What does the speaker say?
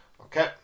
Okay